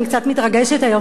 אני קצת מתרגשת היום,